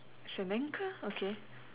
it's an anchor okay